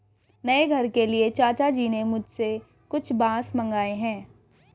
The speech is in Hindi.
नए घर के लिए चाचा जी ने मुझसे कुछ बांस मंगाए हैं